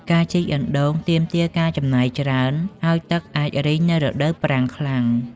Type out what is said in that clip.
ការជីកអណ្ដូងទាមទារការចំណាយច្រើន ហើយទឹកអាចរីងនៅរដូវប្រាំងខ្លាំង។